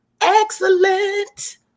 Excellent